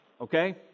okay